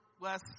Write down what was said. less